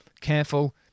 careful